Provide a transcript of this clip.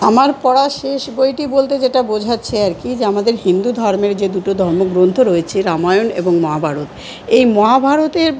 আমার পড়া শেষ বইটি বলতে যেটা বোঝাচ্ছে আর কি যে আমাদের হিন্দু ধর্মের যে দুটো ধর্মগ্রন্থ রয়েছে রামায়ণ এবং মহাভারত এই মহাভারতের